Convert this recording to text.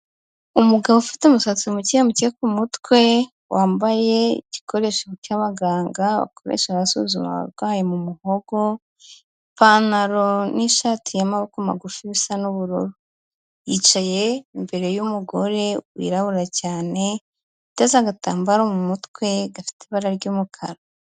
Umugabo ufite umusatsi muke muke ku mutwe, wambaye igikoresho cy'abaganga bakoresha basuzuma abarwayi mu muhogo. Ipantaro n'ishati y'amaboko magufi bisa n'ubururu, yicaye imbere y'umugore wirabura cyane uteze agatambaro mu mutwe gafite ibara ry'umukara.